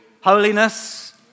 Holiness